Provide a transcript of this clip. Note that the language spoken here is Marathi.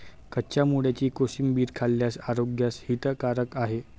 कच्च्या मुळ्याची कोशिंबीर खाल्ल्यास आरोग्यास हितकारक आहे